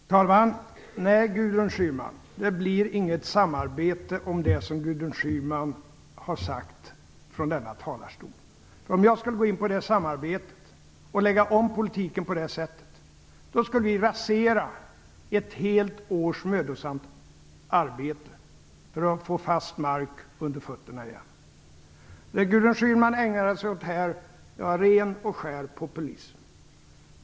Fru talman! Nej, Gudrun Schyman, det blir inget samarbete om det som Gudrun Schyman har sagt från denna talarstol. Om jag skulle gå in på det samarbetet och lägga om politiken på det sättet, skulle vi rasera ett helt års mödosamt arbete för att få fast mark under fötterna igen. Det Gudrun Schyman ägnade sig åt här var ren och skär populism.